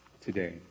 today